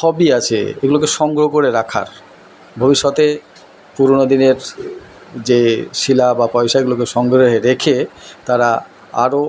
হবি আছে এগুলোকে সংগ্রহ করে রাখার ভবিষ্যতে পুরোনো দিনের যে শিলা বা পয়সাগুলোকে সংগ্রহে রেখে তারা আরও